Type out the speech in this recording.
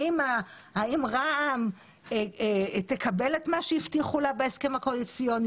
האם רע"מ תקבל את מה שהבטיחו לה בהסכם הקואליציוני,